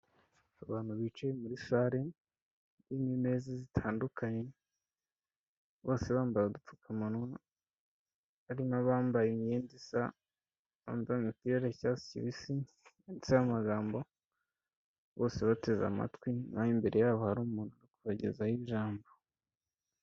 Abantu bicaye muri sale irimo imeza zitandukanye bose bambaye udupfukamuwa, hari n'abambaye imyenda isa bambaye imipira isa icyatsi kibisi yanditseho amagambo bose bateze amatwi n'aho imbere yabo hari umuntu uri kubagezaho ijambo.